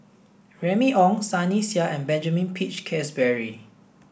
Remy Ong Sunny Sia and Benjamin Peach Keasberry